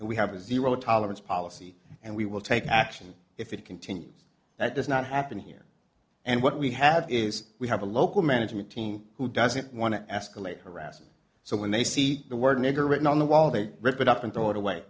and we have a zero tolerance policy and we will take action if it continues that does not happen here and what we have is we have a local management team who doesn't want to escalate harassment so when they see the word nigger written on the wall they rip it up and throw it away